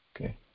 Okay